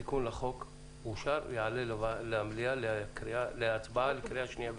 התיקון לחוק אושר ויעלה למליאה להצבעה לקריאה שנייה ושלישית.